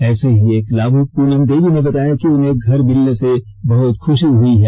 ऐसे ही एक लाभुक प्रनम देवी ने बताया कि उन्हें घर मिलने से बहुत खुशी हुई है